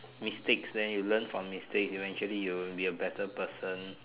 mistakes then you learn from mistakes eventually you will be a better person